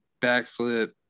backflip